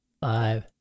five